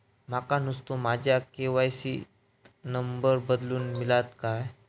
माका नुस्तो माझ्या के.वाय.सी त नंबर बदलून मिलात काय?